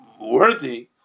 worthy